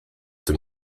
tym